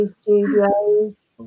studios